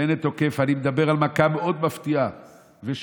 בנט תוקף: אני מדבר על מכה מאוד מפתיעה ושונה.